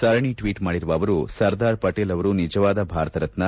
ಸರಣಿ ಟ್ವೀಟ್ ಮಾಡಿರುವ ಅವರು ಸರ್ದಾರ್ ಪಟೀಲ್ ಅವರು ನಿಜವಾದ ಭಾರತ ರತ್ನ